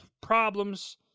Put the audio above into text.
problems